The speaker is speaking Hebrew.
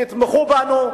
תתמכו בנו,